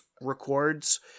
records